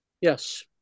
Yes